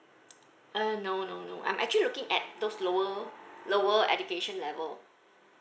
uh no no no I'm actually looking at those lower lower education level